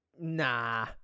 nah